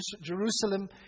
Jerusalem